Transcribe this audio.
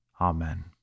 Amen